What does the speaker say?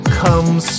comes